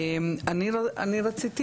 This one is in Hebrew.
אני רציתי